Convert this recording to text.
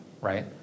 right